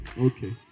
okay